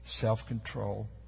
self-control